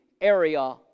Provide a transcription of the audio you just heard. area